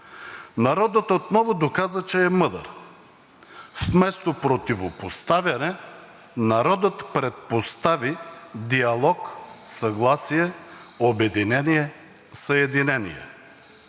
Народът отново доказа, че е мъдър и вместо противопоставяне народът предпостави диалог, съгласие, обединение, съединение.